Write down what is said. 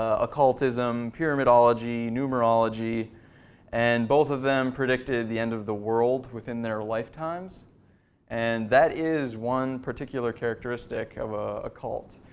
ah occultism, pyramidology, numerology and both of them predicted the end of the world within their lifetimes and that is a one particular characteristic of ah a cult,